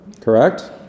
Correct